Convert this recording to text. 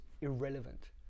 irrelevant